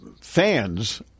fans